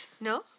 No